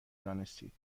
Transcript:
دانستید